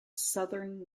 southern